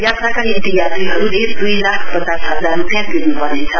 यात्राका निम्ति यात्रीहरूले दुई लाख पचास हजार रूपियाँ तिर्नुपर्नेछ